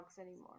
anymore